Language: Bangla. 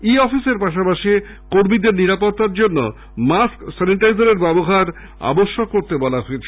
ই অফিসের পাশাপাশি কর্মীদের নিরাপত্তায় মাস্ক স্যানিটাইজারের ব্যবহার আবশ্যক করতে বলা হয়েছে